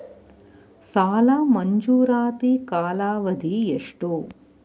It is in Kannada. ಸಾಲ ಮಂಜೂರಾತಿ ಕಾಲಾವಧಿ ಎಷ್ಟು?